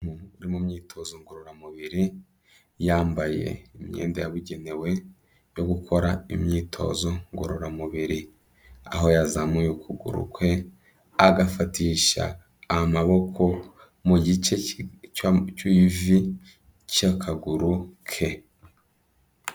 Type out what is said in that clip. Umuntu uri mu myitozo ngororamubiri, yambaye imyenda yabugenewe yo gukora imyitozo ngororamubiri, aho yazamuye ukuguru kwe agafatisha amaboko, mu gice cy'ivi, cy'akaguru ke.